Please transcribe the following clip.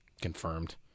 Confirmed